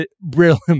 brilliant